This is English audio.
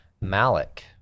Malik